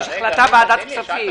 יש החלטת ועדת הכספים.